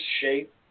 shape